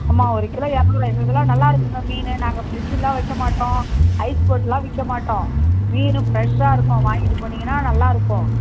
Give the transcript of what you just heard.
ஆமாம் ஒரு கிலோ இரநூறுவா எங்களுது எல்லாம் நால்லா இருக்குங்க மீன் நாங்கள் ஃபிரிடிஜில்லாம் வைக்கமாட்டோம் ஐஸ் போடலாம் விற்க மாட்டோம் மீன் ஃபிரஷ்ஷாகருக்கும் வாங்கிகிட்டு போனீங்கன்னா நல்லா இருக்கும்